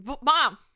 mom